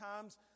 times